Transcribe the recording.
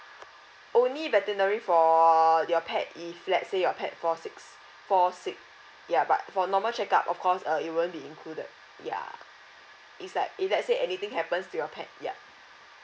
only veterinary for your pet if let's say your pet fall sicks fall sick ya but for normal check up of course uh it won't be included ya it's like if let say anything happens to your pet ya